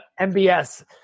MBS